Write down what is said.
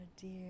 dear